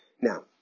Now